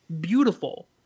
beautiful